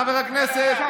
חבר הכנסת,